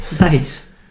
Nice